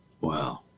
Wow